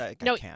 No